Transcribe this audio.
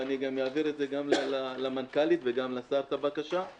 אעביר את זה גם למנכ"לית וגם לשר את הבקשה,